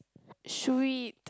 sweet